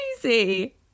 crazy